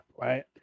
right